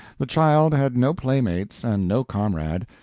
the child had no playmates and no comrade,